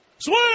Swing